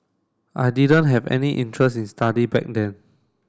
I didn't have any interest in study back then